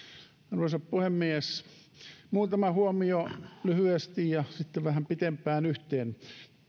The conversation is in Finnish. arvoisa puhemies muutama huomio lyhyesti ja sitten vähän pitempään yhteen